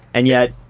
and yet,